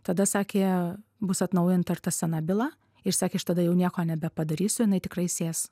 tada sakė bus atnaujinta ir ta sena byla ir sakė aš tada jau nieko nebepadarysiu jinai tikrai sės